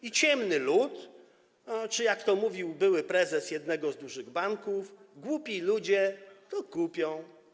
I ciemny lud czy, jak to mówił były prezes jednego z dużych banków, głupi ludzie to kupią.